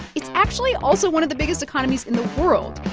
it's actually also one of the biggest economies in the world.